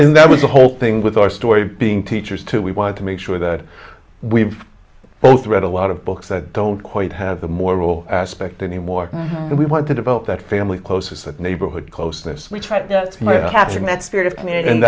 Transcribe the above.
and that was the whole thing with our story being teachers too we wanted to make sure that we've both read a lot of books that don't quite have the moral aspect anymore and we want to develop that family close at neighborhood closeness